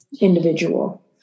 individual